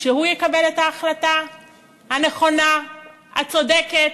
שהוא יקבל את ההחלטה הנכונה, הצודקת,